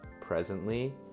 presently